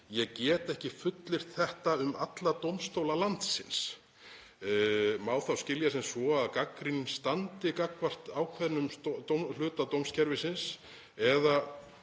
ég get ekki fullyrt þetta um alla dómstóla landsins.“ Má þá skilja sem svo að gagnrýnin standi gagnvart ákveðnum hluta dómskerfisins? Eða